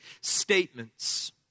statements